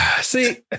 See